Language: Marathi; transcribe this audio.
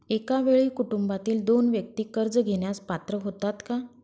एका वेळी कुटुंबातील दोन व्यक्ती कर्ज घेण्यास पात्र होतात का?